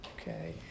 okay